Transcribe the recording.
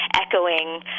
echoing